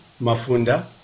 Mafunda